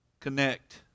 Connect